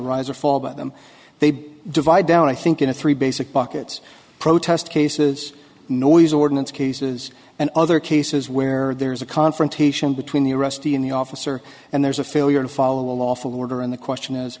rise or fall by them they divide down i think in a three basic buckets protest cases noise ordinance cases and other cases where there's a confrontation between the rusty and the officer and there's a failure to follow a lawful order and the question is